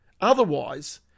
Otherwise